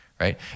right